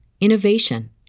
innovation